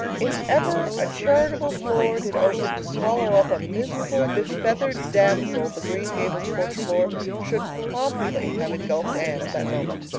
if ever a charitable floor did open to swallow up a miserable, befeathered damsel the green gables porch floor should promptly have engulfed anne at that moment.